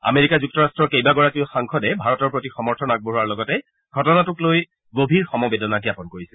America যুক্তৰাট্টৰ কেইবাগৰাকীও সাংসদে ভাৰতৰ প্ৰতি সমৰ্থন আগবঢ়োৱাৰ লগতে ঘটনাটোক লৈ গভীৰ সমবেদনা জ্ঞাপন কৰিছে